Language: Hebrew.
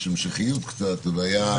יש המשכיות קצת אז היה,